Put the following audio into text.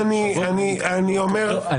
שנייה.